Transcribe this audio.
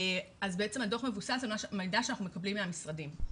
אז בעצם הדו"ח מבוסס על מידע שאנחנו מקבלים מהמשרדים.